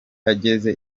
ageze